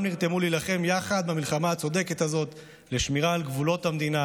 כולם נרתמו להילחם יחד במלחמה הצודקת הזאת לשמירה על גבולות המדינה,